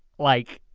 like,